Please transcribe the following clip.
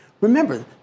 Remember